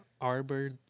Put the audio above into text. arbor